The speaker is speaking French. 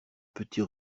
petit